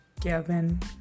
Kevin